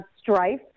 strife